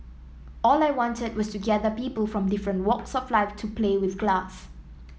all I wanted was to gather people from different walks of life to play with glass